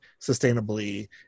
sustainably